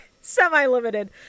semi-limited